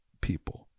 people